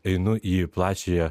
einu į plačiąją